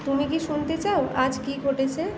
তুমি কি শুনতে চাও আজ কি ঘটেছে